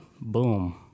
boom